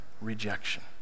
rejection